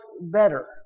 better